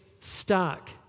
stuck